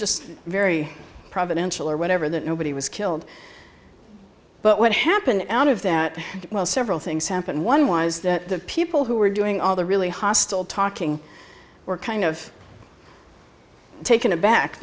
just very providential or whatever that nobody was killed but what happened out of that well several things happened one was that the people who were doing all the really hostile talking were kind of taken aback